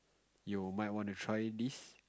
you might want to try this